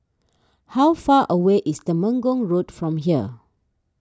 how far away is Temenggong Road from here